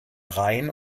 reihen